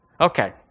Okay